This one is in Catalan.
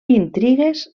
intrigues